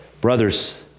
brothers